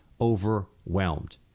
overwhelmed